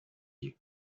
you